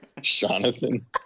Jonathan